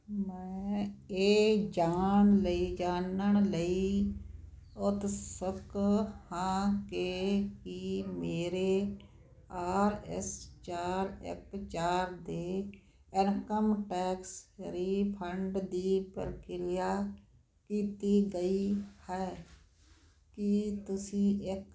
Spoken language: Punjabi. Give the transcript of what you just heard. ਮੈਂ ਇਹ ਜਾਣ ਲੀ ਜਾਣਨ ਲਈ ਉਤਸੁਕ ਹਾਂ ਕਿ ਕੀ ਮੇਰੇ ਆਰ ਐੱਸ ਚਾਰ ਇੱਕ ਚਾਰ ਦੇ ਇਨਕਮ ਟੈਕਸ ਰਿਫੰਡ ਦੀ ਪ੍ਰਕਿਰਿਆ ਕੀਤੀ ਗਈ ਹੈ ਕੀ ਤੁਸੀਂ ਇੱਕ